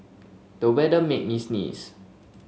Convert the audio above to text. the weather made me sneeze